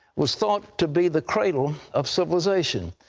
was thought to be the cradle of civilization.